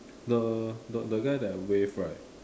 the the the guy that wave right